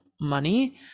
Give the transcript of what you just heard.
money